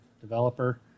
developer